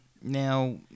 Now